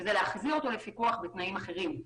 שזה להחזיר אותו לפיקוח בתנאים אחרים.